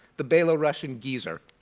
the belorussian geezer.